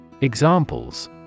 Examples